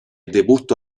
debutto